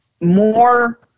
more